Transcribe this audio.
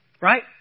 Right